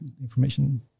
information